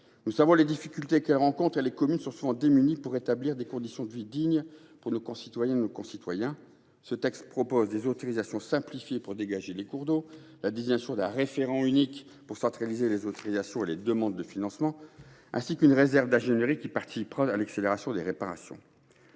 Nous savons les difficultés que rencontrent les communes, souvent démunies pour rétablir des conditions de vie dignes pour nos concitoyennes et nos concitoyens. Ce texte prévoit des autorisations simplifiées pour dégager les cours d’eau, la désignation d’un référent unique pour centraliser les autorisations et les demandes de financement, ainsi qu’une réserve d’ingénierie qui permettra d’accélérer les réparations.